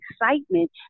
excitement